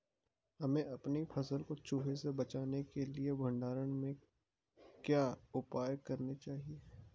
हमें अपनी फसल को चूहों से बचाने के लिए भंडारण में क्या उपाय करने चाहिए?